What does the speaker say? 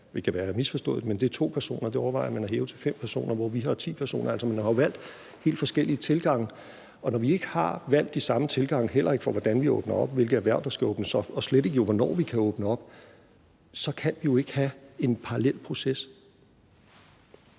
jeg har misforstået det – to personer, og det overvejer man at hæve til fem personer, hvor vores er ti personer. Altså, man har jo valgt helt forskellige tilgange. Og når vi ikke har valgt de samme tilgange, heller ikke til, hvordan vi åbner op, hvilke erhverv der skal åbnes op, og slet ikke til, hvornår vi kan åbne op, så kan vi jo ikke have en parallel proces.